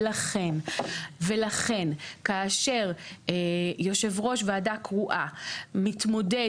ולכן כאשר יושב ראש ועדה קרואה מתמודד